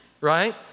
right